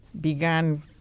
began